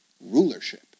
rulership